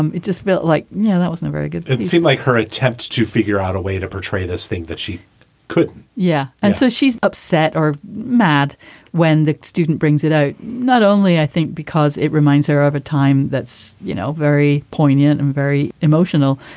um it just felt like, no, that wasn't very good it seemed like her attempts to figure out a way to portray this thing that she could yeah. and so she's upset or mad when the student brings it out. not only i think, because it reminds her of a time that's, you know, very poignant and very emotional,